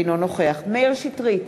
אינו נוכח מאיר שטרית,